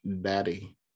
Daddy